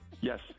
Yes